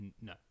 no